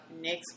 next